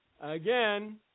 again